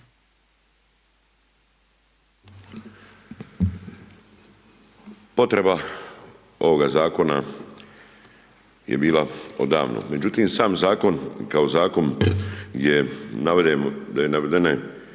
Potreba ovoga zakona je bila odavno. Međutim, sam zakon, kao zakon, je navedene